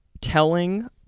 telling